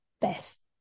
best